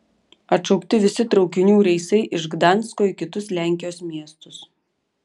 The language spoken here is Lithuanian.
atšaukti visi traukinių reisai iš gdansko į kitus lenkijos miestus